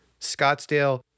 Scottsdale